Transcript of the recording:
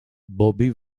bobby